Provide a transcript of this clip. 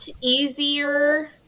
easier